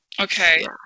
okay